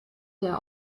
der